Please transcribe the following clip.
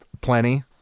plenty